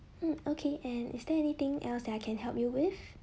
mm okay and is there anything else that I can help you with